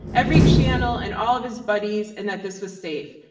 every channel, and all of his buddies and that this was safe.